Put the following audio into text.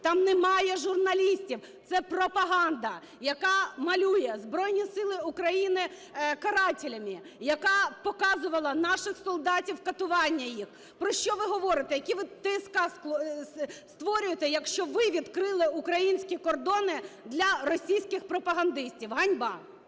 там немає журналістів, це пропаганда, яка малює Збройні Сили України карателями, яка показувала наших солдатів, катування їх. Про що ви говорите, яку ви ТСК створюєте, якщо ви відкрили українські кордони для російських пропагандистів? Ганьба!